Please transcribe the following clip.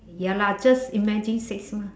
ya lah just imagine six months